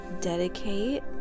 Dedicate